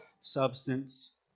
substance